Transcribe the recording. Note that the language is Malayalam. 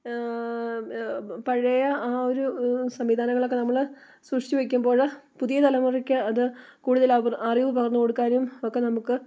പഴയ ആ ഒരു സംവിധാനങ്ങളൊക്കെ നമ്മൾ സൂക്ഷിച്ചുവെക്കുമ്പോൾ പുതിയ തലമുറയ്ക്ക് അത് കൂടുതൽ അറിവ് പകർന്നു കൊടുക്കാനും ഒക്കെ നമുക്ക്